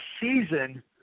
season